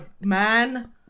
man